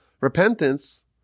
repentance